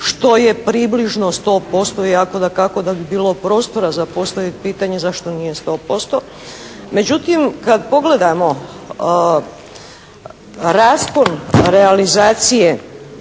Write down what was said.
što je približno 100% iako dakako da bi bilo prostora za postaviti pitanje za što nije 100%. Međutim kada pogledamo raspon realizacije